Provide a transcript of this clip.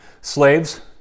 Slaves